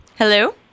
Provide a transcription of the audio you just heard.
Hello